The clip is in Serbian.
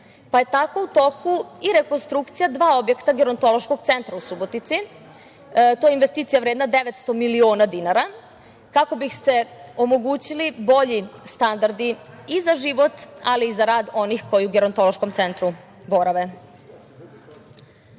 pa je tako u toku i rekonstrukcija dva objekta gerontološkog centra u Subotici. To je investicija vredna 900 miliona dinara, kako bi se omogućili bolji standardi i za život, ali i za rad onih koji u gerontološkom centru borave.Za